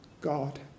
God